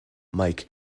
mike